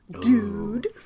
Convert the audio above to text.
dude